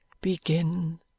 begin